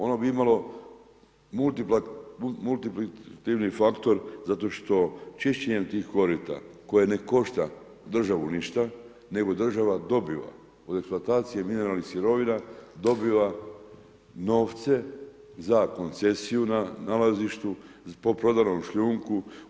Ono bi muli multiplitivni faktor zato što čišćenjem tih korita koje ne košta državu ništa, nego država dobiva od eksploatacije mineralnih sirovina dobiva novce za koncesiju na nalazištu, po prodanom šljunku.